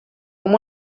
amb